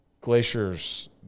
glaciers